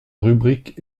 rubrique